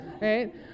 right